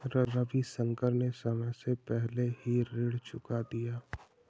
रविशंकर ने समय से पहले ही ऋण चुका दिया